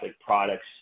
products